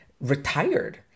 retired